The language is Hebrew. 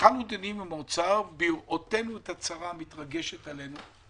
התחלנו דיונים עם האוצר בראותנו את הצרה המתרגשת עלינו,